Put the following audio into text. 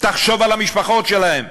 תחשוב על המשפחות שלהם,